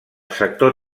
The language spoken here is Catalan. sector